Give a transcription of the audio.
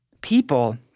people